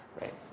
right